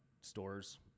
stores